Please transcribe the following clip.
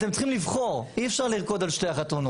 אתם צריכים לבחור, אי אפשר לרקוד על שתי החתונות.